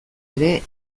ere